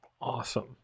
Awesome